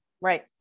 right